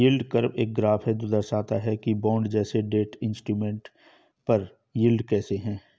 yield curve एक graph है जो दर्शाता है कि बॉन्ड जैसे डेट इंस्ट्रूमेंट पर यील्ड कैसे है